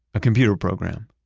a computer program.